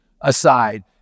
aside